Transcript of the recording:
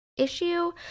issue